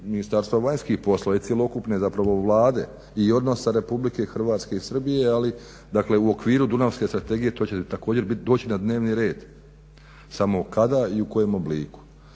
Ministarstva vanjskih poslova i cjelokupne zapravo Vlade i odnosa Republike Hrvatske i Srbije, ali u okviru Dunavske strategije to će također doći na dnevni red, samo kada i u kojem obliku.